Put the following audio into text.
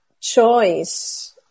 choice